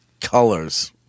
Colors